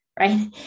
Right